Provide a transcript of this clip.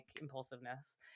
impulsiveness